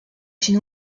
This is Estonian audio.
sinu